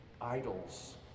idols